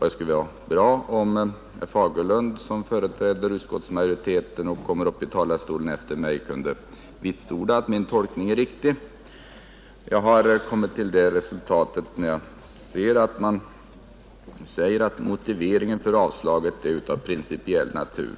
Det skulle vara bra om herr Fagerlund, som företräder utskottsmajoriteten och kommer upp i talarstolen efter mig, kunde vitsorda att min tolkning är riktig. Jag har kommit till det resultatet därför att utskottet anför att motiveringen till avslaget är av principiell natur.